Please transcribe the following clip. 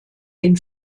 den